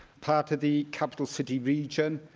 part of the capital city region,